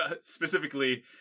specifically